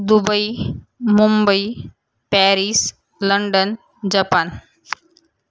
Dubai Mumbai Paris London Japan